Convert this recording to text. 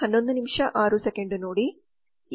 ಈಗ ಅದನ್ನು ಹೇಗೆ ಯಶಸ್ವಿಗೊಳಿಸುವುದು